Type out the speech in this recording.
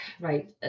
right